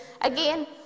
again